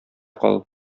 кал